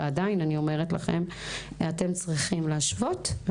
אבל עדיין אני אומרת לכם שאתם צריכים להשוות.